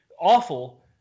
awful